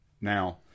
Now